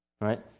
Right